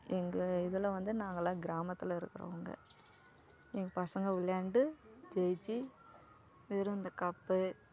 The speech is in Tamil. எங்கள் இதில் வந்து நாங்களாம் கிராமத்தில் இருக்கிறவங்க எங்கள் பசங்கள் விளையாண்டு ஜெயித்து வெறும் இந்த கப்